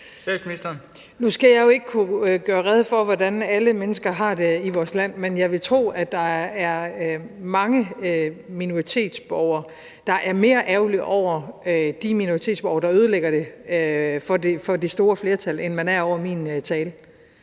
Nu skal jeg jo ikke kunne gøre rede for, hvordan alle mennesker har det i vores land, men jeg vil tro, at der er mange minoritetsborgere, der er mere ærgerlige over de minoritetsborgere, der ødelægger det for det store flertal, end de er over min tale.